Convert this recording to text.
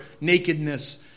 nakedness